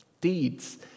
Deeds